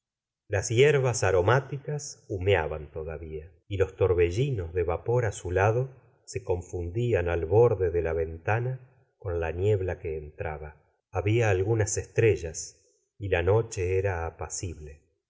las hierbas aromáticas humeaban todavia y los torbellinos de vapor azulado se confundían al borde de la ventana con la niebla que entraba había algunas estrellas y la noche era apacible